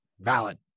Valid